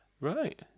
Right